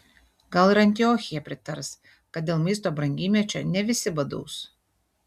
gal ir antiochija pritars kad dėl maisto brangymečio ne visi badaus